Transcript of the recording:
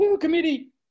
Committee